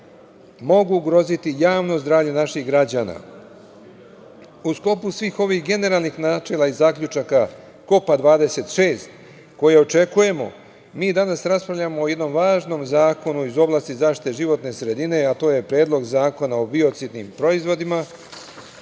mogu ugroziti javno zdravlje naših građana.U sklopu svih ovih generalnih načela i zaključaka Kopa 26. koje očekujemo, mi danas raspravljamo o jednom važnom zakonu iz oblasti zaštite životne sredine, a to je Predlog zakona o biocidnim proizvodima